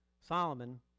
Solomon